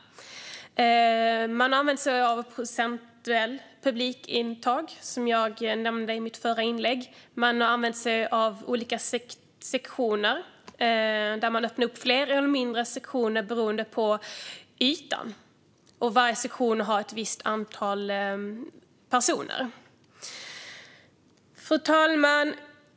Man har använt sig av procentuellt publikintag, som jag nämnde i mitt förra inlägg. Man har använt sig av olika sektioner. Man öppnar upp fler eller mindre sektioner beroende på ytan, och varje sektion har ett visst antal personer. Fru talman!